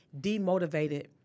demotivated